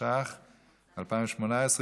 התשע"ח 2018,